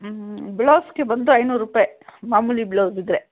ಹ್ಞೂ ಬ್ಲೌಸ್ಗೆ ಬಂದು ಐನೂರು ರೂಪಾಯಿ ಮಾಮೂಲಿ ಬ್ಲೌಝ್ ಇದ್ದರೆ